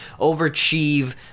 overachieve